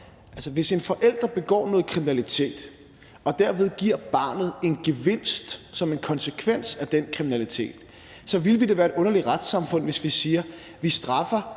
hvis en forælder begår noget kriminalitet og derved giver barnet en gevinst som en konsekvens af den kriminalitet, så ville vi da være et underligt retssamfund, hvis vi sagde, at vi ikke